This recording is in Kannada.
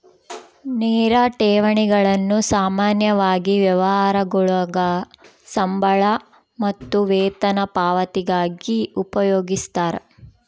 ನೇರ ಠೇವಣಿಗಳನ್ನು ಸಾಮಾನ್ಯವಾಗಿ ವ್ಯವಹಾರಗುಳಾಗ ಸಂಬಳ ಮತ್ತು ವೇತನ ಪಾವತಿಗಾಗಿ ಉಪಯೋಗಿಸ್ತರ